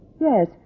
Yes